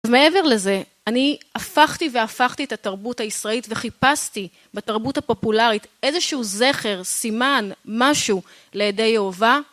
מעבר לזה, אני הפכתי והפכתי את התרבות הישראלית וחיפשתי בתרבות הפופולרית איזשהו זכר, סימן, משהו לידי אהובה.